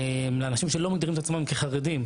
לאנשים שלא מגדירים את עצמם כחרדים,